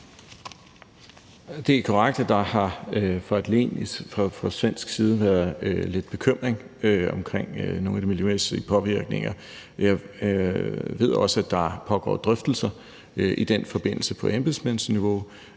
Det er korrekt, at der fra et län på svensk side har været lidt bekymring om nogle af de miljømæssige påvirkninger. Jeg ved også, at der pågår drøftelser i den forbindelse på embedsmandsniveau.